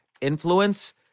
influence